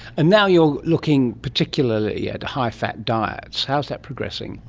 and now you are looking particularly at high fat diets. how is that progressing?